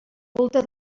culte